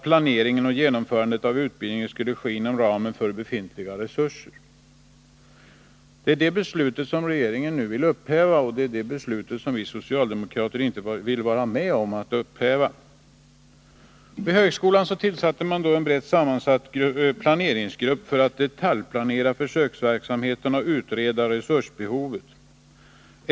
Planeringen och genomförandet av utbildningen skulle ske inom ramen för befintliga resurser. Det är det beslutet som regeringen nu vill upphäva, och vi socialdemokrater vill inte vara med om att upphäva det. Vid högskolan tillsatte man en brett sammansatt planeringsgrupp för att detaljplanera försöksverksamheten och utreda resursbehovet.